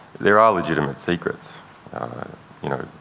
there are legitimate secrets you know,